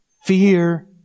Fear